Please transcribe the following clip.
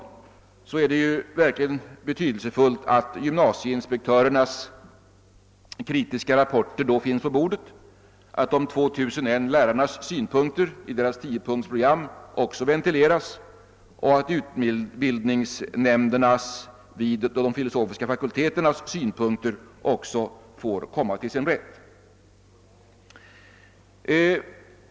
Därvid är det verkligt betydelsefullt att gymnasieinspektörernas kritiska rapporter finns på bordet, att de 2001 språklärarnas synpunkter i deras tiopunktsprogram också ventileras och att även utbildningsnämndernas vid de fi losofiska fakulteterna synpunkter blir framförda.